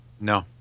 No